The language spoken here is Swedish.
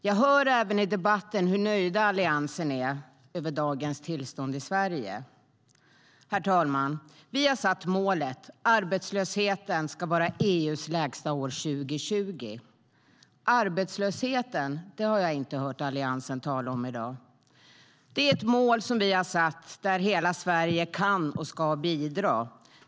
Jag hör i debatten hur nöjd Alliansen är över dagens tillstånd i Sverige.Herr ålderspresident! Vi har satt upp målet att ha EU:s lägsta arbetslöshet år 2020. Jag har inte hört Alliansen tala om arbetslösheten i dag. Det mål vi har satt upp kan och ska hela Sverige bidra till.